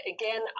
again